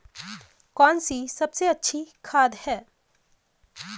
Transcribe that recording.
कौन सी सबसे अच्छी खाद है?